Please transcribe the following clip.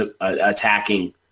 attacking